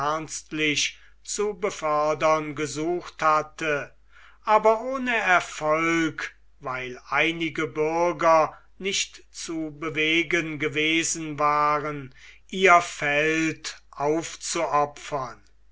zu befördern gesucht hatte aber ohne erfolg weil einige bürger nicht zu bewegen gewesen waren ihr feld aufzuopfern